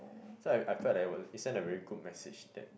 so I I felt that it was it sent a very good message that